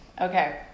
Okay